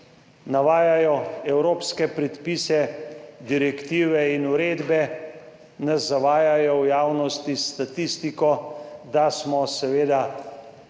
Navajajo evropske predpise, direktive in uredbe, nas zavajajo v javnosti s statistiko, da smo seveda, da